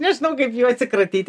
nežinau kaip juo atsikratyti